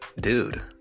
dude